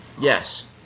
Yes